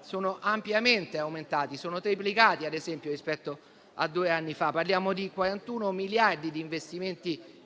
sono ampiamente aumentati, sono triplicati rispetto a due anni fa: parliamo di 41 miliardi di investimenti